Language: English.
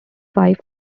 wife